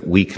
for determining over